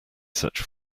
such